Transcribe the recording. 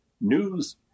news